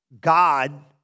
God